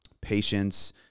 patience